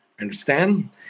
Understand